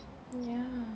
ya